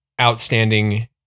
outstanding